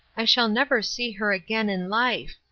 i shall never see her again in life.